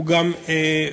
הוא גם נפגע.